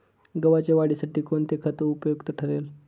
गव्हाच्या वाढीसाठी कोणते खत उपयुक्त ठरेल?